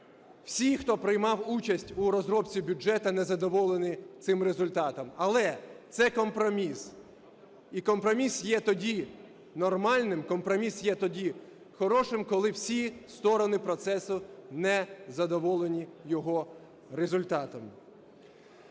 Всі, хто приймав участь у розробці бюджету, не задоволені цим результатом. Але це компроміс. І компроміс є тоді нормальним, компроміс є тоді хорошим, коли всі сторони процесу не задоволені його результатом.